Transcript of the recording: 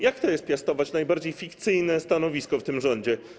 Jak to jest piastować najbardziej fikcyjne stanowisko w tym rządzie?